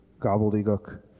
gobbledygook